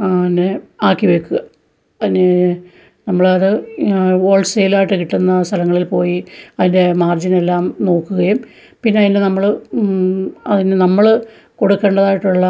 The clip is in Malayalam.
പിന്നെ ആക്കിവെക്കുക പിന്നെ നമ്മളത് ഹോൾസെയ്ലായിട്ട് കിട്ടുന്ന സ്ഥലങ്ങളിൽ പോയി അതിൻ്റെ മാർജ്ജിനെല്ലാം നോക്കുകയും പിന്നെ അതിനെ നമ്മള് അതിന് നമ്മള് കൊടുക്കേണ്ടതായിട്ടുള്ള